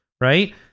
right